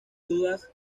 dudas